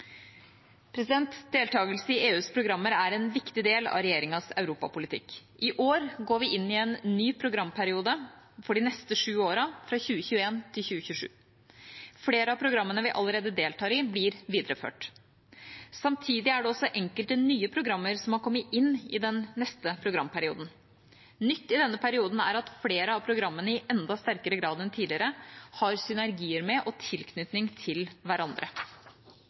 Deltakelse i EUs programmer er en viktig del av regjeringas europapolitikk. I år går vi inn i en ny programperiode for de neste sju årene, 2021–2027. Flere av programmene vi allerede deltar i, blir videreført. Samtidig er det også enkelte nye programmer som har kommet inn i den neste programperioden. Nytt i denne perioden er at flere av programmene i enda sterkere grad enn tidligere har synergier med og tilknytning til hverandre.